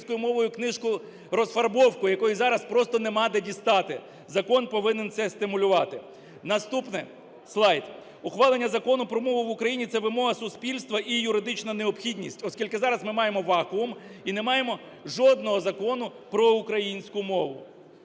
Наступний слайд. Ухвалення Закону про мову в Україні – це вимога суспільства і юридична необхідність, оскільки зараз ми маємо вакуум і не маємо жодного закону про українську мову.